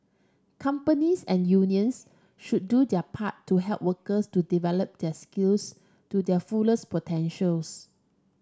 companies and unions should do their part to help workers to develop their skills to their fullest potentials